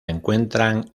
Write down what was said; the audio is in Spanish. encuentran